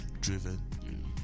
driven